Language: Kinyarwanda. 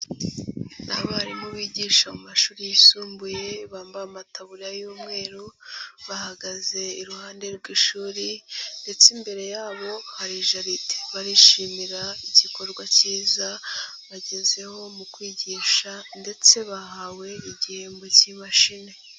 Abarimu bigisha mu mashuri yisumbuye bamba amataburiya y'umweru, bahagaze iruhande rw'ishuri ndetse imbere yabo hari jaride. Barishimira igikorwa cyiza bagezeho mu kwigisha ndetse bahawe igihembo cy'imashini.